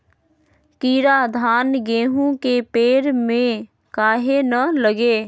कीरा धान, गेहूं के पेड़ में काहे न लगे?